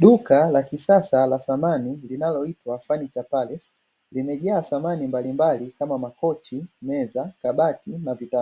Duka la kisasa la samani linaloitwa "Furniture Palace", limejaa samani mbalimbali kama makochi, meza, kabati na viti,